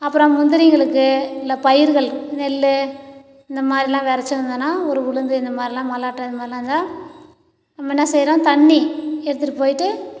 அப்புறம் முந்திரிகளுக்கு இல்லை பயிர்கள் நெல் இந்த மாதிரில்லாம் விரைச்சியிருந்துதுன்னா ஒரு உளுந்து இந்த மாதிரில்லாம் மல்லாட்டை இது மாதிரில்லாம் இருந்தா நம்ம என்ன செய்யறோம் தண்ணி எடுத்துட்டு போயிவிட்டு